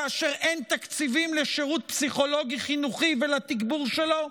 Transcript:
כאשר אין תקציבים לשירות הפסיכולוגי-חינוכי ולתגבור שלו,